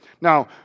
Now